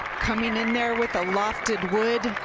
coming in there with a lofted wood,